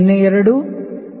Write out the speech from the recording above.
02 0